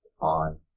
on